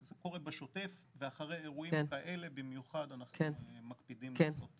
זה קורה בשוטף ואחרי אירועים כאלה במיוחד אנחנו מקפידים לעשות